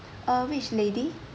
uh which lady